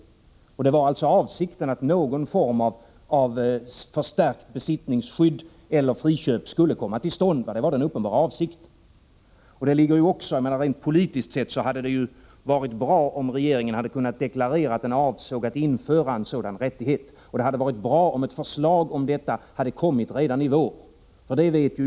Riksdagens uppenbara avsikt var att någon form av förstärkt besittningsskydd eller friköp skulle komma till stånd. Rent politiskt sett hade det varit bra om regeringen kunnat deklarera att den avsåg att införa en sådan rättighet. Dot hade varit bra om ett förslag om detta kommit redan i vår.